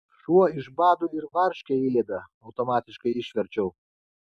šuo iš bado ir varškę ėda automatiškai išverčiau